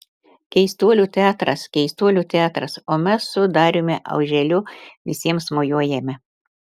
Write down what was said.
keistuolių teatras keistuolių teatras o mes su dariumi auželiu visiems mojuojame